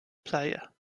player